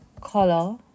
color